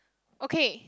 okay